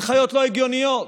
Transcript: הנחיות לא הגיוניות.